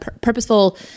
purposeful